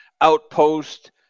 outpost